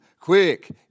quick